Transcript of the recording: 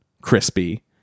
crispy